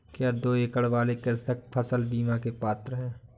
क्या दो एकड़ वाले कृषक फसल बीमा के पात्र हैं?